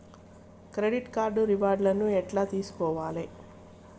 Credit card reward లను ఎట్ల తెలుసుకోవాలే?